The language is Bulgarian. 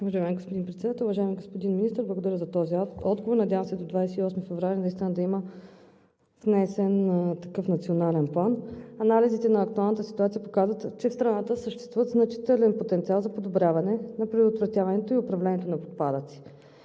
благодаря за този отговор. Надявам се до 28 февруари наистина да има внесен такъв национален план. Анализите на актуалната ситуация показват, че в страната съществува значителен потенциал за подобряване на предотвратяването и управлението на отпадъци.